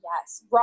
Yes